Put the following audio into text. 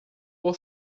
por